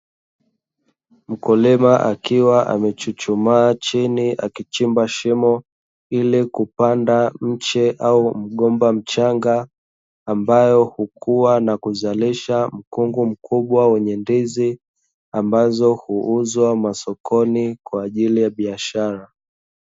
Mkulima akiwa amechuchumaa chini akichimba shimo ili kupanda mche au mgomba mchanga, ambao hukua na kuzalisha mkungu mkubwa wenye ndizi, ambazo huuzwa masokoni kwa ajili ya biashara.